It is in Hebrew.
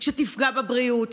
שתפגע בבריאות,